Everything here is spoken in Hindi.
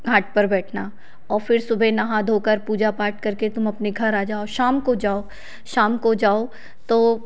घाट पर बैठना और फिर सुबह नहा धोकर पूजा पाठ करके तुम अपने घर आ जाओ शाम को जो शाम को जाओ तो